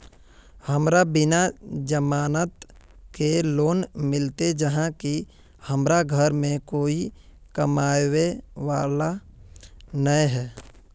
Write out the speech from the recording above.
हमरा बिना जमानत के लोन मिलते चाँह की हमरा घर में कोई कमाबये वाला नय है?